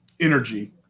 energy